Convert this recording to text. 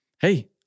hey